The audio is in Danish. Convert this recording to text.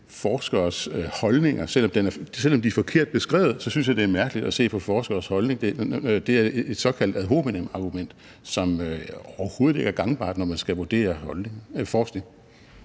forskeres holdninger. Selv om de er forkert beskrevet, synes jeg, det er mærkeligt at se på forskeres holdninger. Det er et såkaldt ad hominem-argument, som overhovedet ikke er gangbart, når man skal vurdere forskning.